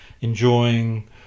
enjoying